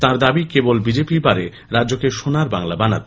তাঁর দাবি কেবল বিজেপিই পারে রাজ্যকে সোনার বাংলা বানাতে